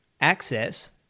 access